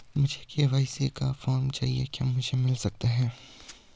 मुझे के.वाई.सी का फॉर्म चाहिए क्या मुझे मिल सकता है?